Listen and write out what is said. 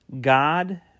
God